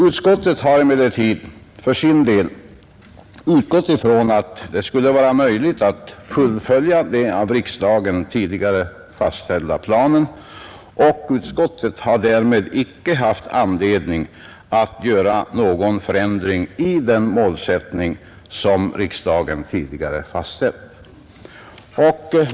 Utskottet har emellertid för sin del utgått från att det skulle vara möjligt att fullfölja den av riksdagen tidigare fastställda planen. Utskottet har därmed icke haft anledning att föreslå någon förändring i den målsättning som riksdagen tidigare fastställt.